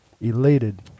elated